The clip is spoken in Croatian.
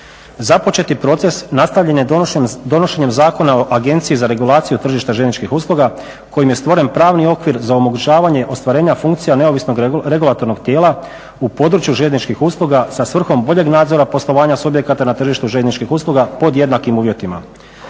Započeti proces nastavljen je donošenjem Zakona o Agenciji za regulaciju tržišta željezničkih usluga kojim je stvoren pravni okvir za omogućavanje ostvarenja funkcija neovisnog regulatornog tijela u području željezničkih usluga sa svrhom boljeg nadzora poslovanja subjekata na tržištu željezničkih usluga pod jednakim uvjetima.